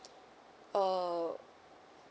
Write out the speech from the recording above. err